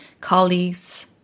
colleagues